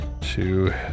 Two